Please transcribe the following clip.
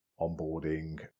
onboarding